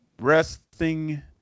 resting